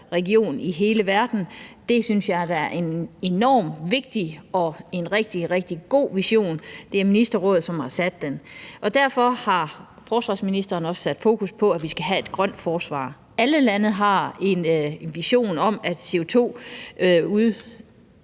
som har sat den, og jeg synes jeg er en enormt vigtig og rigtig, rigtig god vision. Derfor har forsvarsministeren også sat fokus på, at vi skal have et grønt forsvar. Alle lande har en vision om, at